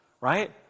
right